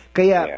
Kaya